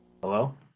hello